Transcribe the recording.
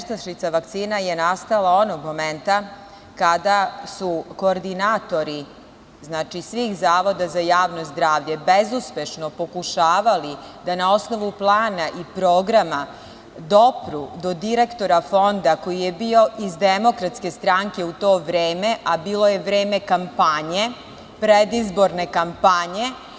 Nestašica vakcina je nastala onog momenta kada su koordinatori svih zavoda za javno zdravlje bezuspešno pokušavali da na osnovu plana i programa dopru do direktora fonda koji je bio iz DS u to vreme, a bilo je vreme kampanje, predizborne kampanje.